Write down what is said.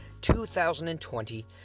2020